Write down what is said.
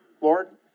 Lord